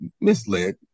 misled